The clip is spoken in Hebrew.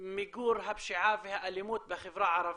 מיגור הפשיעה והאלימות בחברה הערבית.